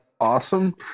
awesome